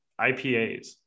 IPAs